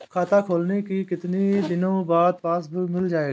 खाता खोलने के कितनी दिनो बाद पासबुक मिल जाएगी?